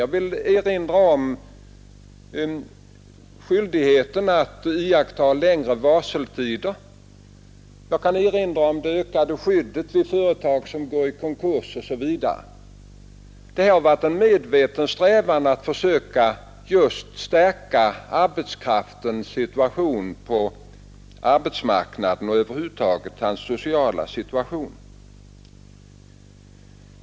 Jag kan erinra om skyldigheten att iaktta längre varseltider, om det ökade skyddet vid företag som går i konkurs osv. Det har varit en medveten strävan att försöka stärka arbetskraftens ställning på arbetsmarknaden och över huvud taget förbättra arbetstagarnas sociala situation.